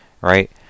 right